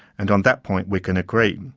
and on that point we can agree.